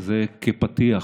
זה כפתיח.